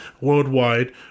worldwide